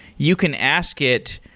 you can ask it,